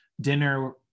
dinner